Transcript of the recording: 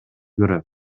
көрөм